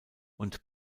und